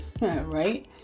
right